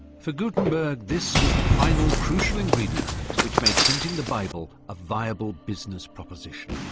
for gutenberg, this was the final, crucial ingredient which made printing the bible a viable business proposition.